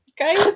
Okay